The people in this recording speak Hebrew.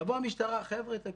תבוא המשטרה: חבר'ה, תקשיבו,